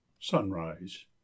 sunrise